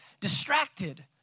distracted